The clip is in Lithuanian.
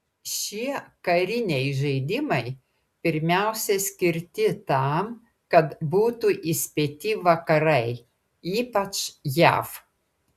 šie kariniai žaidimai pirmiausia skirti tam kad būtų įspėti vakarai ypač jav